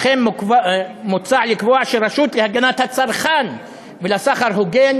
לכן מוצע לקבוע שהרשות להגנת הצרכן ולסחר הוגן